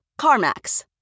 CarMax